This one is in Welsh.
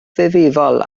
ddifrifol